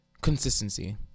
consistency